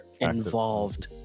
involved